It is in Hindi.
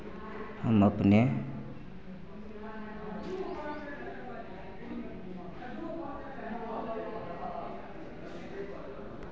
हम अपने